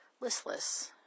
listless